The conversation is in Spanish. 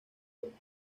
otros